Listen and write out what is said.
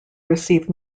received